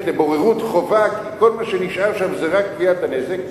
לבוררות חובה כי כל מה שנשאר שם זה רק תביעת הנזק,